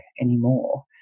anymore